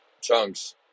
chunks